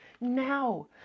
Now